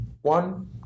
one